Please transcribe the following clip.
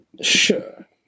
Sure